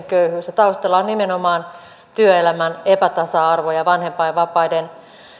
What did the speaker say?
köyhyys taustalla on nimenomaan työelämän epätasa arvo ja vanhempainvapaiden